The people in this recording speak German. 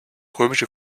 römische